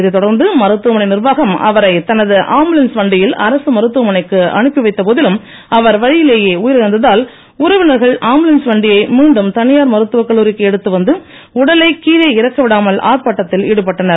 இதைத் தொடர்ந்து மருத்துவமனை நிர்வாகம் அவரை தனது ஆம்புலன்ஸ் வண்டியில் அரசு மருத்துவமனைக்கு அனுப்பி வைத்த போதிலும் அவர் வழியிலேயே உயிரிழந்த்தால் உறவினர்கள் ஆம்புலன்ஸ் வண்டியை மீண்டும் தனியார் மருத்துவக் கல்லூரிக்கு எடுத்து வந்து உடலை கீழே இறக்கவிடாமல் ஆர்ப்பாட்டத்தில் ஈடுபட்டனர்